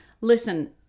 listen